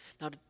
Now